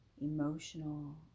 emotional